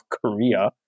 korea